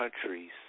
countries